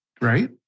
right